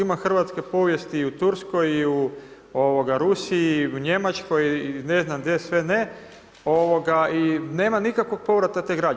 Ima hrvatske povijesti i u Turskoj i u Rusiji i u Njemačkoj i ne znam gdje sve ne i nema nikakvog povratka te građe.